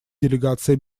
делегация